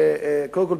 קודם כול,